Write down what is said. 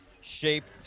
shaped